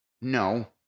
No